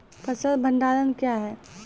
फसल भंडारण क्या हैं?